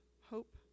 Hope